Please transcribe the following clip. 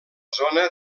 zona